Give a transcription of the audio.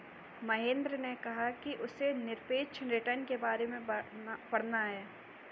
महेंद्र ने कहा कि उसे निरपेक्ष रिटर्न के बारे में पढ़ना है